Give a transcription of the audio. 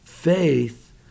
Faith